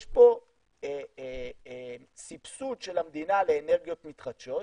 יש פה סבסוד של המדינה לאנרגיות מתחדשות,